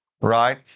right